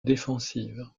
défensive